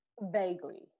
Vaguely